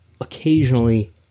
occasionally